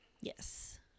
Yes